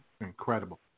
Incredible